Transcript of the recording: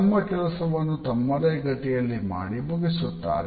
ತಮ್ಮ ಕೆಲಸವನ್ನು ತಮ್ಮದೇ ಗತಿಯಲ್ಲಿ ಮಾಡಿ ಮುಗಿಸುತ್ತಾರೆ